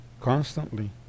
constantly